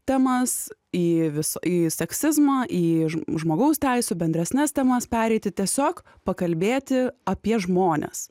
temas į visą į seksizmą į žmogaus teisių bendresnes temas pereiti tiesiog pakalbėti apie žmones